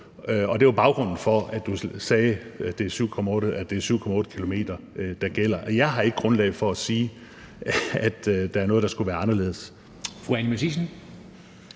og det var baggrunden for, at man sagde, at det skulle være 7,8 km, der gjaldt. Jeg har ikke grundlag for at sige, at der er noget, der skulle være anderledes.